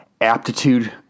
aptitude